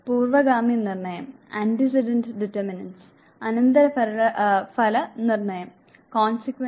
പൂർവ്വഗാമി നിർണ്ണയവും അനന്തരഫല നിർണ്ണയവും